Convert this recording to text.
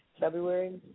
February